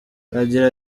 agira